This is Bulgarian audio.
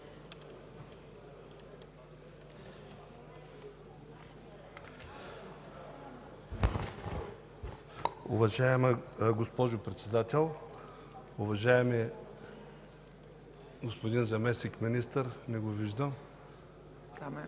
Уважаема госпожо Председател, уважаеми господин Заместник-министър – не го виждам,